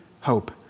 hope